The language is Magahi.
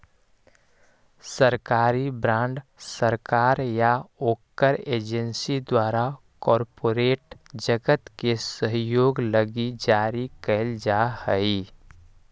सरकारी बॉन्ड सरकार या ओकर एजेंसी द्वारा कॉरपोरेट जगत के सहयोग लगी जारी कैल जा हई